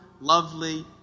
lovely